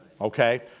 Okay